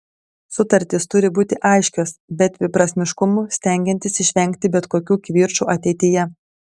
sutartys turi būti aiškios be dviprasmiškumų stengiantis išvengti bet kokių kivirčų ateityje